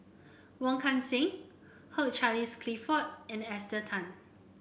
Wong Kan Seng Hugh Charles Clifford and Esther Tan